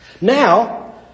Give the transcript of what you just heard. Now